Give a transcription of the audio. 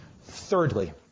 Thirdly